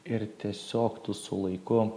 ir tiesiog tu su laiku